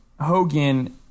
Hogan